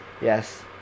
Yes